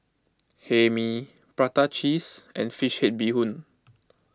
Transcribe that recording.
Hae Mee Prata Cheese and Fish Head Bee Hoon